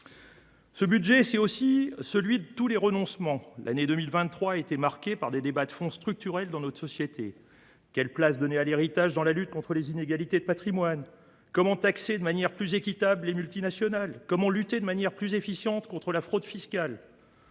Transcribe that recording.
Ce budget est aussi celui de tous les renoncements. L’année 2023 a été marquée par des débats de fonds structurels dans notre société : quelle place donner à l’héritage dans la lutte contre les inégalités de patrimoine ? Comment taxer de manière plus équitable les multinationales ? Comment lutter de manière plus efficiente contre la fraude fiscale ?